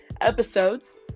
episodes